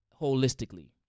holistically